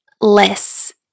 less